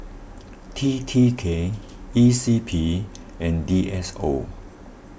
T T K E C P and D S O